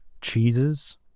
cheeses